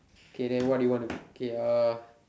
okay then what you want to do okay uh